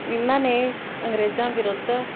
ਇਹਨਾਂ ਨੇ ਅੰਗਰੇਜ਼ਾਂ ਵਿਰੁੱਧ